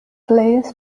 players